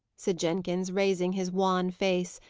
said jenkins, raising his wan face,